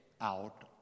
out